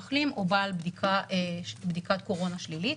מחלים או בעל בדיקת קורונה שלילית,